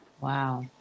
wow